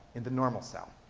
in the normal cell.